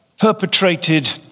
perpetrated